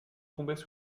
tombaient